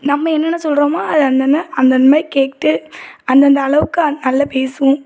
நம்ம என்னென்ன சொல்கிறோமோ அதை அந்தந்த அந்தந்த மாதிரி கேட்டு அந்தந்த அளவுக்கு அது நல்ல பேசும்